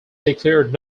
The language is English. declared